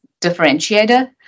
differentiator